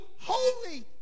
holy